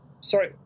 sorry